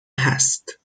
هست